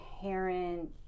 parent